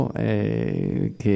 Che